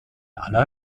aller